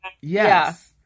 Yes